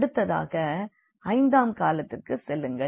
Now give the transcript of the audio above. அடுத்ததாக 5 ஆம் காலத்திற்கு செல்லுங்கள்